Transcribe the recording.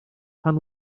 pan